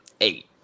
eight